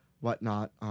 whatnot